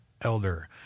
elder